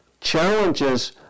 challenges